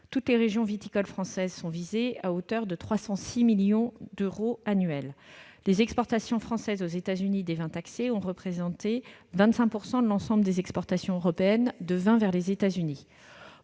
Toutes les régions viticoles françaises sont visées, à hauteur de 306 millions d'euros annuels. Les exportations françaises aux États-Unis des vins taxés ont représenté 25 % de l'ensemble des exportations européennes de vins vers les États-Unis.